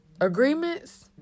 agreements